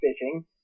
fishing